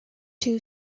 two